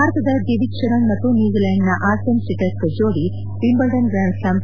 ಭಾರತದ ದಿವಿಜ್ ಶರಣ್ ಮತ್ತು ನ್ಜೂಜಿಲೆಂಡ್ನ ಆರ್ಟಿಮ್ ಸಿಟಕ್ ಜೋಡಿ ವಿಂಬಲ್ಡನ್ ಗ್ರ್ಯಾಂಡ್ ಸ್ಲಾಮ್